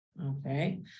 Okay